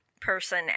person